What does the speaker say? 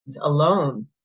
alone